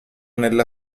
nella